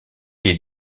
est